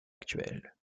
actuelle